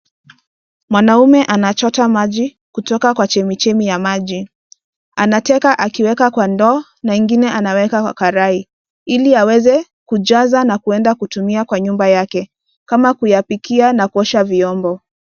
Mwanamume anachota maji kutoka kwa chemichemi ya maji. Anateka akiweka kwa ndoo na ingine anaweka kwa karai ili aweze kujaza na kuenda kutumia kwa nyumba yake kama kuyapikia na kuosha vyombo.